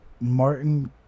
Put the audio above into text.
Martin